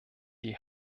die